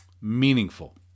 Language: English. meaningful